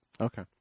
Okay